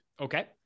Okay